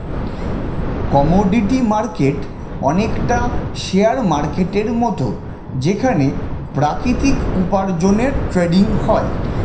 commodity market অনেকটা share মার্কেটের মত যেখানে প্রাকৃতিক উপার্জনের ট্রেডিং হয়